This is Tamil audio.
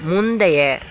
முந்தைய